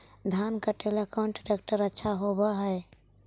धान कटे ला कौन ट्रैक्टर अच्छा होबा है?